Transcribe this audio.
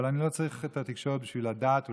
אבל אני לא צריך את התקשורת בשביל לדעת ולהבין,